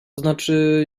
znaczy